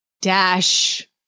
Dash